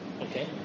Okay